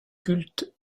culte